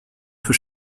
für